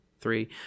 three